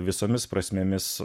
visomis prasmėmis